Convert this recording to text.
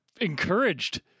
encouraged